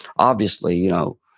obviously, you know,